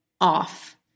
off